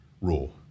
rule